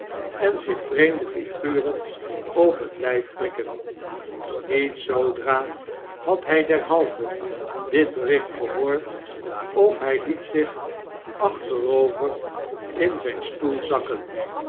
en zich vreemde figuren op het lijf prikken niet zoodra had hij derhalve dit bericht gehoord of hij liet zich achterover in zijn stoel zakken